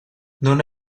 non